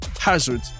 Hazard